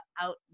out